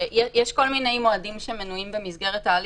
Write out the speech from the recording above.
יש כל מיני מועדים שמנויים במסגרת ההליך.